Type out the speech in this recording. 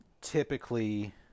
typically